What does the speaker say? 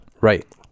right